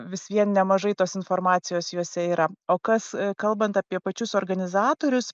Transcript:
vis vien nemažai tos informacijos juose yra o kas kalbant apie pačius organizatorius